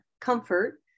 Comfort